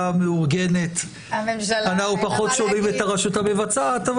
המאורגנת אנחנו פחות שומעים את הרשות המבצעת אבל